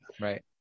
Right